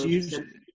usually